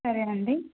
సరే అండి